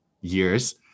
years